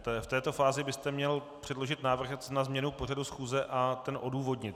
V této fázi byste měl předložit návrh na změnu pořadu schůze a ten odůvodnit.